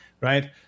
right